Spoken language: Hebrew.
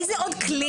איזה עוד כלי?